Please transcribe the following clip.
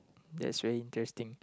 that's very interesting